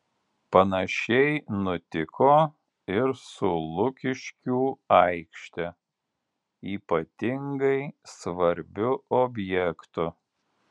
panašiai nutiko ir su lukiškių aikšte ypatingai svarbiu objektu